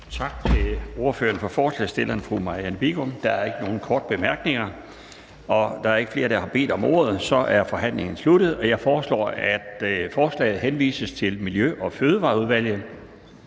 Tak til ordføreren for forslagsstillerne, fru Marianne Bigum. Der er ikke nogen korte bemærkninger. Der er ikke flere, der har bedt om ordet, og så er forhandlingen sluttet. Jeg foreslår, at forslaget til folketingsbeslutning henvises til Miljø- og Fødevareudvalget.